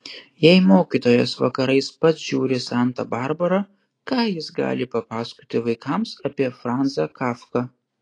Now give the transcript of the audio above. jei mokytojas vakarais pats žiūri santą barbarą ką jis gali papasakoti vaikams apie franzą kafką